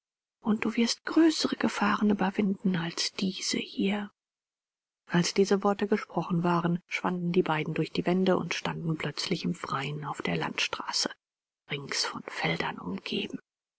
und du wirst größere gefahren überwinden als diese hier als diese worte gesprochen waren schwanden die beiden durch die wände und standen plötzlich im freien auf der landstraße rings von feldern umgeben